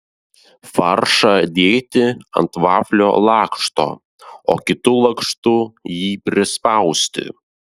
faršą dėti ant vaflio lakšto o kitu lakštu jį prispausti